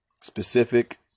specific